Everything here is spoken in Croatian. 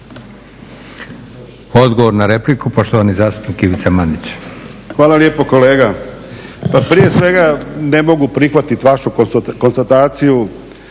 Odgovor na repliku, poštovani zastupnik Ivica Mandić. **Mandić, Ivica (HNS)** Hvala lijepo kolega. Pa prije svega ne mogu prihvatit vašu konstataciju